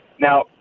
Now